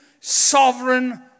sovereign